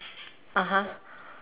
(uh huh)